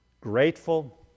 grateful